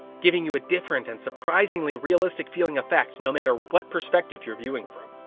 giving you a different and surprisingly realistic feeling effect no matter what perspective you're viewing from.